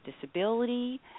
disability